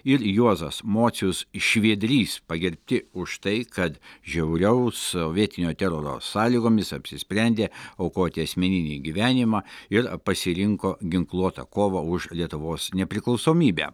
ir juozas mocius šviedrys pagerbti už tai kad žiauriaus sovietinio teroro sąlygomis apsisprendė aukoti asmeninį gyvenimą ir pasirinko ginkluotą kovą už lietuvos nepriklausomybę